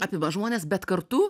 apima žmones bet kartu